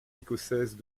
écossaises